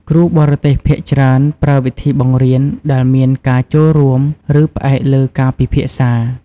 គ្រូបរទេសភាគច្រើនប្រើវិធីបង្រៀនដែលមានការចូលរួម ឬផ្អែកលើការពិភាក្សា។